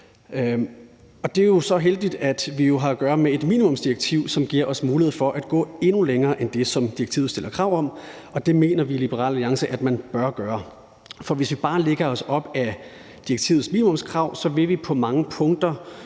Det er jo så heldigt, at vi har at gøre med et minimumsdirektiv, som giver os mulighed for at gå endnu længere end det, som direktivet stiller krav om, og det mener vi i Liberal Alliance at man bør gøre. For hvis vi bare lægger os op ad direktivets minimumskrav, vil vi på mange punkter